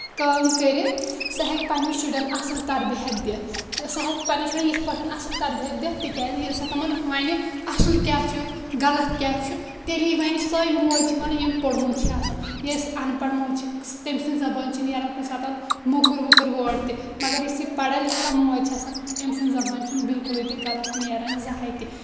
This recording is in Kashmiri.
کٲم کٔرِتھ سۄ ہٮ۪کہِ پَنٕنٮ۪ن شُرٮ۪ن اَصٕل تَربِیت دِتھ سۄ ہٮ۪کہِ پَنٕنٮ۪ن شُرین یِتھ پٲٹھۍ اَصٕل تَربیت دِتھ تِکیازِ ییٚلہِ سۄ تِمن وَنہِ اَصٕل کیاہ چھُ غلط کیاہ چھُ تیلی وَنہِ سۄے موج یِمن ییٚمۍ پوٚرمُت چھِ آسَان یۄس اَن پڑ موج چھِ آسان تٔمۍ سٕنٛزِ زَبٲنۍ چھِ نیران کُنہِ ساتن موٚکُر وۄکُر وٲڑ تہِ مگر یۄس یہِ پَڑا لِکھا موج چھِ آسان أمۍ سٕنٛزِ زَبٲنۍ چھنہٕ بِالکُلٕے تہِ غلط نیران زَہٕنۍ تہِ